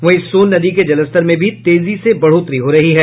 वहीं सोन नदी के जलस्तर में भी तेजी से बढ़ोतरी हो रही है